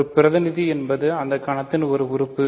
ஒரு பிரதிநிதி என்பது அந்த கணத்தின் ஒரு உறுப்பு